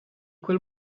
quel